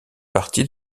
partie